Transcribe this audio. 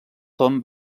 tom